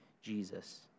Jesus